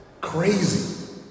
Crazy